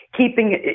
keeping